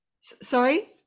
sorry